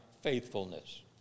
Faithfulness